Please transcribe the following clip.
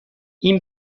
این